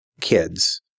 kids